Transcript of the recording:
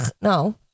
No